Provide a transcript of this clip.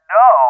no